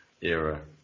era